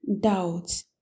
Doubts